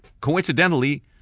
coincidentally